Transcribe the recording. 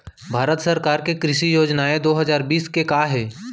भारत सरकार के कृषि योजनाएं दो हजार बीस के का हे?